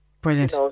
brilliant